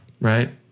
right